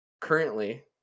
currently